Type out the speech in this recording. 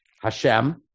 Hashem